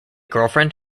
girlfriend